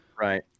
Right